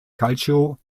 calcio